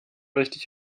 richtig